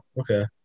Okay